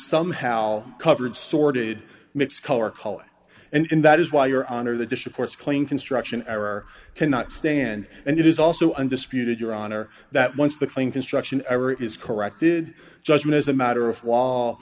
somehow covered sorted mix color color and that is why your honor the dish of course claim construction error cannot stand and it is also undisputed your honor that once the claim construction error is corrected judgement as a matter of law